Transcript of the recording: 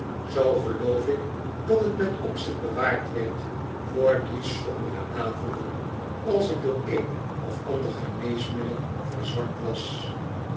zoo geloof ik dat t met opzet bewaard werd voor die sombere avonden als ik door een of ander geneesmiddel verzwakt was